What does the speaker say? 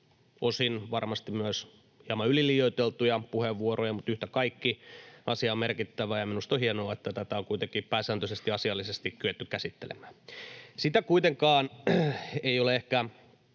osin varmasti myös hieman yliliioiteltuja puheenvuoroja, mutta yhtä kaikki, asia on merkittävä, ja minusta on hienoa, että tätä on kuitenkin pääsääntöisesti asiallisesti kyetty käsittelemään. Sitä kuitenkaan ei ole ehkä